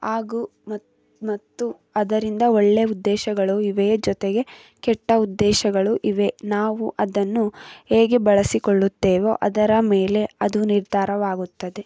ಹಾಗೂ ಮತ್ತು ಮತ್ತು ಅದರಿಂದ ಒಳ್ಳೆಯ ಉದ್ದೇಶಗಳು ಇವೆ ಜೊತೆಗೆ ಕೆಟ್ಟ ಉದ್ದೇಶಗಳು ಇವೆ ನಾವು ಅದನ್ನು ಹೇಗೆ ಬಳಸಿಕೊಳ್ಳುತ್ತೇವೋ ಅದರ ಮೇಲೆ ಅದು ನಿರ್ಧಾರವಾಗುತ್ತದೆ